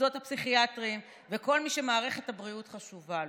המוסדות הפסיכיאטריים וכל מי שמערכת הבריאות חשובה לו.